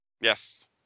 Yes